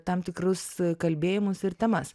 tam tikrus kalbėjimus ir temas